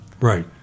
right